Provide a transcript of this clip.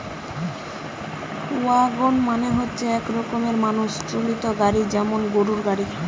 wagon মানে হচ্ছে এক রকমের মানুষ চালিত গাড়ি যেমন গরুর গাড়ি